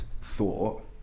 thought